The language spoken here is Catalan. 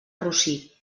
rossí